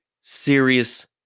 serious